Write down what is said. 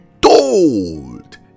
told